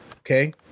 okay